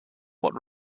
what